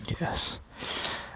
yes